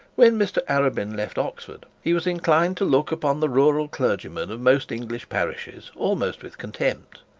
when mr arabin left oxford, he was inclined to look upon the rural clergymen of most english parishes almost with contempt.